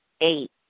eight